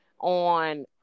on